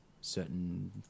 certain